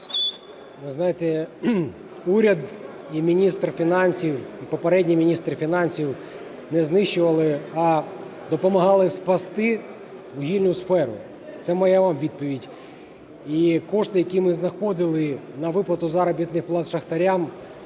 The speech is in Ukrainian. Ви знаєте, уряд і міністр фінансів, і попередній міністр фінансів не знищували, а допомагали спасти вугільну сферу. Це моя вам відповідь. І кошти, які ми знаходили на виплату заробітних плат шахтарям,